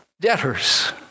debtors